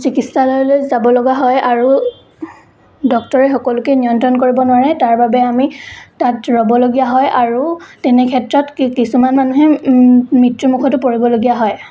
চিকিৎসালয়লৈ যাব লগা হয় আৰু ডক্টৰে সকলোকে নিয়ন্ত্ৰণ কৰিব নোৱাৰে তাৰ বাবে আমি তাত ৰ'বলগীয়া হয় আৰু তেনে ক্ষেত্ৰত কিছুমান মানুহে মৃত্যু মুখতো পৰিবলগীয়া হয়